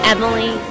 Emily